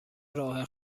راه